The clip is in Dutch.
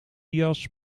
jas